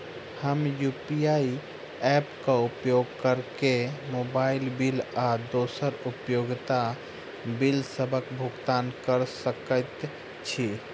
हम UPI app क उपयोग करके मोबाइल बिल आ दोसर उपयोगिता बिलसबक भुगतान कर सकइत छि